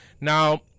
Now